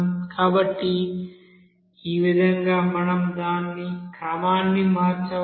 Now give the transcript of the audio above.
కాబట్టి ఈ విధంగా మనం క్రమాన్ని మార్చవచ్చు